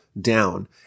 down